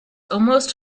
almost